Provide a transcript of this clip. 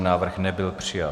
Návrh nebyl přijat.